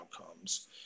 outcomes